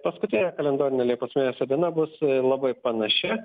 paskutinė kalendorinė liepos mėnesio diena bus labai panaši